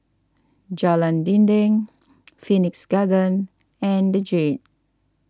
Jalan Dinding Phoenix Garden and the Jade